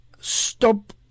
stop